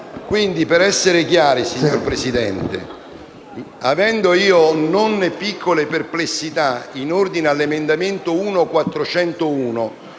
Quindi, per essere chiari, signor Presidente, avendo io non piccole perplessità in ordine all'emendamento 1.401